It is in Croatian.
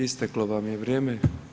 Isteklo vam je vrijeme.